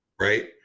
right